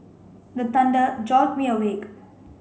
the thunder jolt me awake